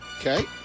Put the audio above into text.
Okay